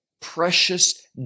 precious